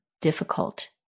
difficult